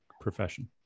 profession